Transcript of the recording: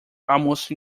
almost